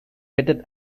fitted